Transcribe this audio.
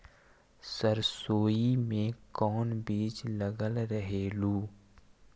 सरसोई मे कोन बीज लग रहेउ?